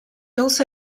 also